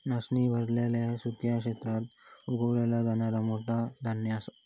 नाचणी भारतातल्या सुक्या क्षेत्रात उगवला जाणारा मोठा धान्य असा